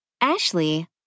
Ashley